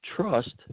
trust